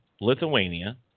Lithuania